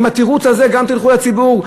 עם התירוץ הזה גם תלכו לציבור?